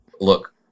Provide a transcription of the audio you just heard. look